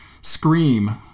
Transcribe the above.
scream